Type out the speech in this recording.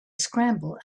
scramble